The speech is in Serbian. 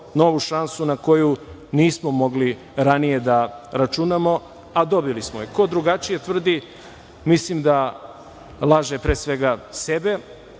novu šansu na koju nismo mogli ranije da računamo, a dobili smo je. Ko drugačije tvrdi, mislim da laže pre svega sebe,